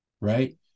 right